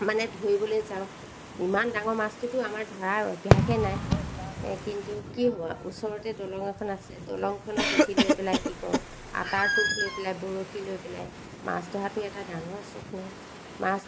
মানে ধৰিবলৈ যাওঁ ইমান ডাঙৰ মাছটোতো আমাৰ ধৰাৰ অভ্যাসে নাই কিন্তু কি হ'ব ওচৰতে দলং এখন আছে দলংখনত উঠি লৈ পেলাই কি কৰো আটাৰ টোপ লৈ পেলাই বৰশী লৈ পেলাই মাছ ধৰাটো এটা ডাঙৰ চখ নহয় মাছ